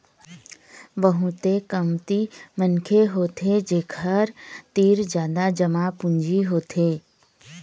बहुते कमती मनखे होथे जेखर तीर जादा जमा पूंजी होथे